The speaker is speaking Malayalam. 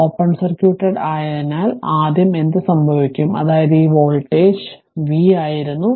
അതിനാൽ ഓപ്പൺ സർക്യൂട്ട് ആയതിനാൽ ആദ്യം എന്ത് സംഭവിക്കും അതായത് ഈ വോൾട്ടേജ് ഈ വോൾട്ടേജ് v ആയിരുന്നു